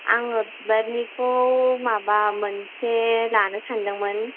आङो बिबारनिखौ माबा मोनसे लानो सानदोंमोन